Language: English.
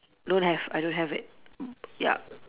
don't have I don't have it mm ya